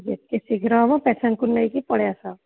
ଯେତେ ଶୀଘ୍ର ହବ ପେସେଣ୍ଟ୍କୁ ନେଇକି ପଳେଇଆସ